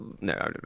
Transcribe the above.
no